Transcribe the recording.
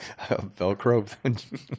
velcro